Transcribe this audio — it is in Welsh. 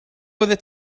oeddet